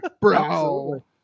Bro